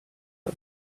her